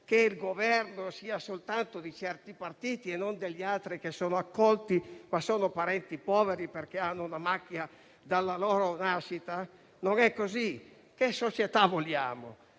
che il Governo sia soltanto di certi partiti e non degli altri, che sono accolti, ma solo come parenti poveri, perché hanno una macchia dalla loro nascita? Non è così. Che società vogliamo?